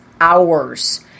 hours